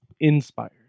inspired